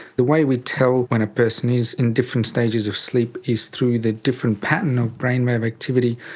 the way we tell when a person is in different stages of sleep is through the different pattern of brainwave activity,